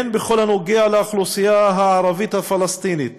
הן בכל הנוגע לאוכלוסייה הערבית הפלסטינית,